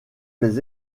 les